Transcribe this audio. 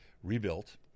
Rebuilt